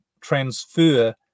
transfer